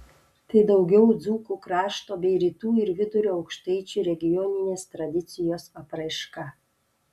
tai daugiau dzūkų krašto bei rytų ir vidurio aukštaičių regioninės tradicijos apraiška